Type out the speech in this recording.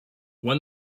when